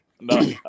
No